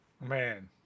Man